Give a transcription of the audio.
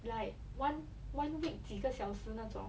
like one one week 几个小时那种